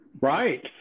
Right